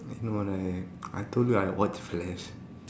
no like I told you I watch Flash